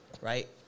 right